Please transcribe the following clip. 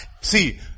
See